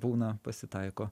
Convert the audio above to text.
būna pasitaiko